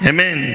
Amen